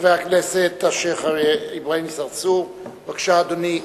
חבר הכנסת השיח' אברהים צרצור, בבקשה, אדוני.